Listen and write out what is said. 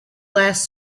last